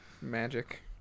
magic